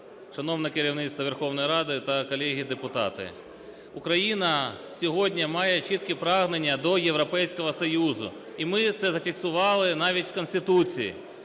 шановне керівництво Верховної Ради та колеги-депутати! Україна сьогодні має чіткі прагнення до Європейського Союзу, і ми це зафіксували навіть в Конституції.